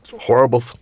horrible